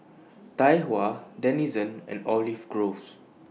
Tai Hua Denizen and Olive Grove